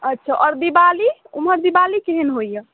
अच्छा आओर दिवाली ओम्हर दिवाली केहन होइए